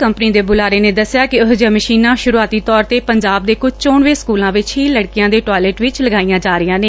company ਦੇ ਬੁਲਾਰੇ ਨੇ ਦੱਸਿਆ ਕਿ ਇਹੋ ਜਿਹੀਆਂ ਮਸੀਨਾਂ ਸੂਰੁਆਤੀ ਤੌਰ ਤੇ ਪੰਜਾਬ ਦੇ ਕੁਝ ਚੁਣਵੇ ਸਕੁਲਾਂ ਵਿਚ ਹੀ ਲੜਕੀਆ ਦੇ ਟਾਇਲਟ ਵਿਚ ਲਗਾਈਆ ਜਾ ਰਹੀਆ ਨੇ